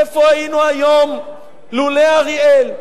איפה היינו היום לולא אריאל?